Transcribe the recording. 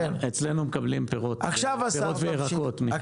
אצלנו מקבלים פירות וירקות, לא סוכרייה על מקל.